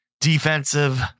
defensive